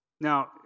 now